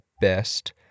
best